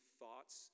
thoughts